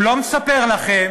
הוא לא מספר לכם